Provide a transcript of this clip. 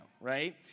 right